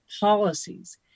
policies